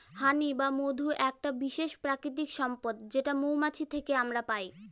হানি বা মধু একটা বিশেষ প্রাকৃতিক সম্পদ যেটা মৌমাছি থেকে আমরা পাই